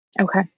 okay